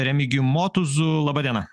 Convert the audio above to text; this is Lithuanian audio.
remigijum motuzu laba diena